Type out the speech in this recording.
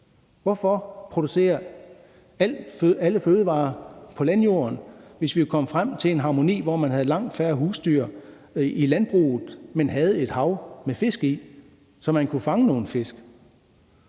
Hvorfor producere alle fødevarer på landjorden, hvis vi kunne komme frem til en harmoni, hvor man havde langt færre husdyr i landbruget, men havde et hav med fisk i, så man kunne fange nogle fisk?